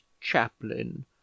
chaplain